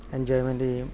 enjoyment ചെയും